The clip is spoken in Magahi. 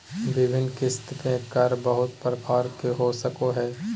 विभिन्न किस्त में कर बहुत प्रकार के हो सको हइ